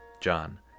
John